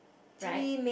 right